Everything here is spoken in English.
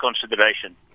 consideration